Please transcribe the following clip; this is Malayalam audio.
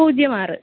പൂജ്യം ആറ്